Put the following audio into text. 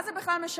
מה זה בכלל משנה?